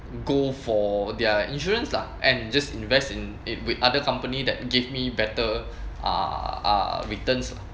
go for their insurance lah and just invest in it with other company that give me better uh uh returns